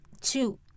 two